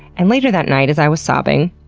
and later that night as i was sobbing,